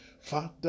Father